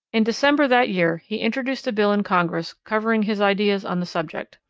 in december that year he introduced a bill in congress covering his ideas on the subject.